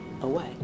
away